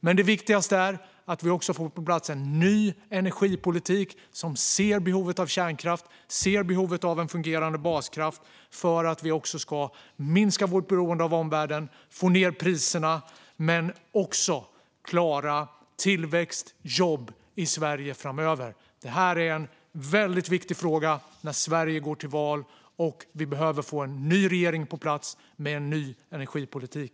Men det viktigaste är att vi också får på plats en ny energipolitik som ser behovet av kärnkraft, av en fungerande baskraft, för att vi ska minska vårt beroende av omvärlden och få ned priserna men också klara tillväxt och jobb i Sverige framöver. Det här är en väldigt viktig fråga när Sverige går till val. Vi behöver få en ny regering på plats med en ny energipolitik.